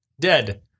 Dead